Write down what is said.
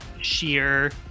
sheer